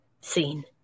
Scene